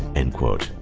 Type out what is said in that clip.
end quote.